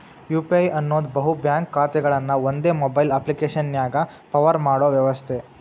UPI ಅನ್ನೋದ್ ಬಹು bank ಖಾತೆಗಳನ್ನ ಒಂದೇ ಮೊಬೈಲ್ ಅಪ್ಪ್ಲಿಕೆಶನ್ಯಾಗ ಪವರ್ ಮಾಡೋ ವ್ಯವಸ್ಥೆ